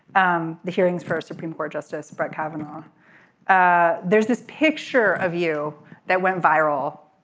um the hearings for supreme court justice brett kavanaugh ah there's this picture of you that went viral.